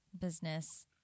business